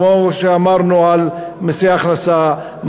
כמו שאמרנו על מסי הכנסה,